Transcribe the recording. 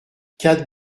quatre